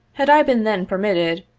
had i been then permitted,